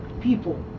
people